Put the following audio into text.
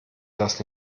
das